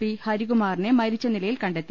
P ഹരികുമാ റിനെ മരിച്ച നിലയിൽ കണ്ടെത്തി